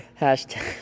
Hashtag